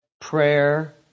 prayer